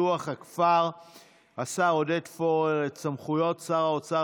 ופיתוח הכפר עודד פורר את סמכויות שר האוצר